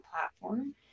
platform